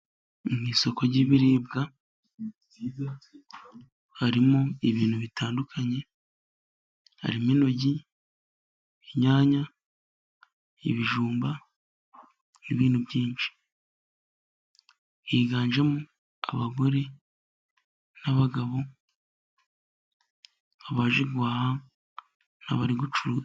Mu isoko ry'ibiribwa harimo ibintu bitandukanye: harimo intoryi, inyanya, ibijumba n'ibintu byinshi, higanjemo abagore n'abagabo baje guhaha n'abari gucuruza.